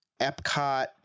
Epcot